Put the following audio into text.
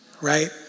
Right